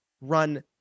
run